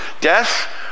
Death